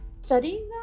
Studying